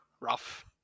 rough